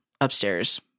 upstairs